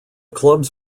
clubs